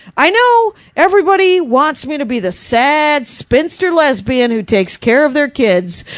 i know everybody wants me to be this sad, spinster lesbian who takes care of their kids.